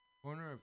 corner